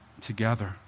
together